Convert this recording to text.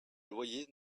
loyers